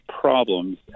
problems